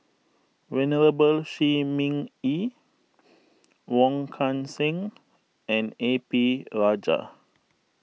Venerable Shi Ming Yi Wong Kan Seng and A P Rajah